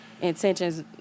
intentions